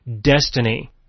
destiny